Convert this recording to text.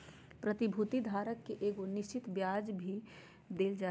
प्रतिभूति धारक के एगो निश्चित ब्याज भी देल जा हइ